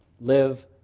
live